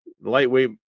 lightweight